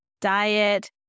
Diet